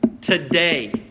Today